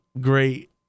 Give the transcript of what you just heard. great